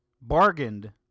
bargained